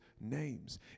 names